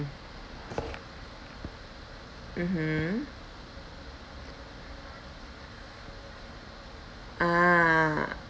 mm mmhmm ah